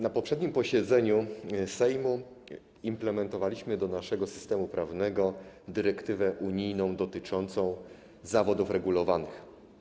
Na poprzednim posiedzeniu Sejmu implementowaliśmy do naszego systemu prawnego dyrektywę unijną dotyczącą zawodów regulowanych.